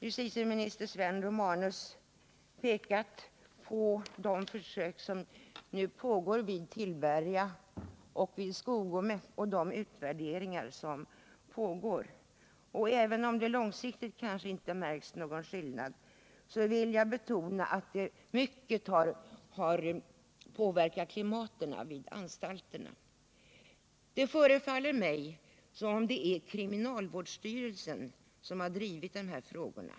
Justitieminister Sven Romanus har pekat på de försök som nu pågår vid Tillberga och vid Skogome och på de utvärderingar av dessa som sker. Även om det långsiktigt kanske inte märks någon skillnad i de intagnas anpassning till samhället vill jag betona, att försöksverksamheten mycket har påverkat klimatet vid anstalterna. Det förefaller mig som om det är kriminalvårdsstyrelsen som har drivit dessa frågor.